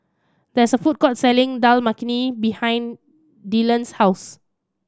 there's a food court selling Dal Makhani behind Dillan's house